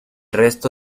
resto